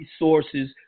resources